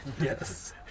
Yes